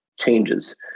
changes